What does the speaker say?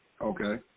Okay